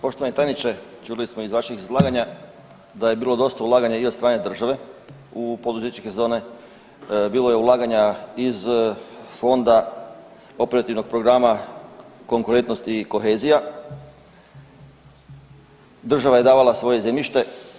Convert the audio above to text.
Poštovani tajniče čuli smo iz vašeg izlaganja da je bilo dosta ulaganja i od strane države u poduzetničke zone, bilo je ulaganja iz fonda operativnog programa konkurentnost i kohezija, država je davala svoje zemljište.